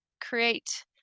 create